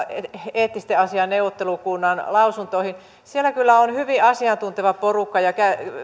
eettisten asioiden neuvottelukunnan lausuntoihin siellä on kyllä hyvin asiantunteva porukka ja